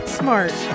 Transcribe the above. smart